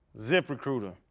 ZipRecruiter